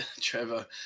Trevor